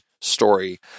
story